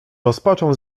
rozpaczą